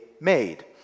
made